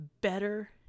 better